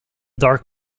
dark